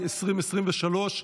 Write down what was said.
הצעת חוק לתיקון פקודת התעבורה, 2023,